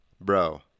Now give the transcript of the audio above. Bro